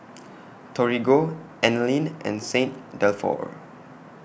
Torigo Anlene and Saint Dalfour